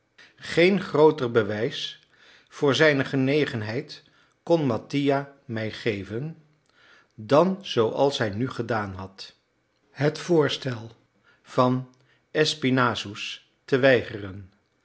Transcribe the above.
geen grooter bewijs voor zijne genegenheid kon mattia mij geven dan zooals hij nu gedaan had het voorstel van espinassous te weigeren